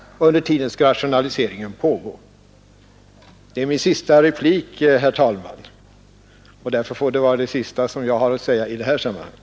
Under tiden skall rationaliseringen fortgå. Detta är min sista replik, herr talman, och därför får det vara det sista som jag säger i det här sammanhanget.